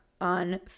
on